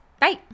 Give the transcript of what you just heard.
bye